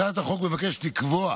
הצעת החוק מבקשת לקבוע